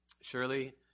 Surely